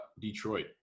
Detroit